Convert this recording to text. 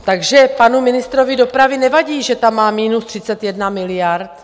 Takže panu ministrovi dopravy nevadí, že tam má minus 31 miliard.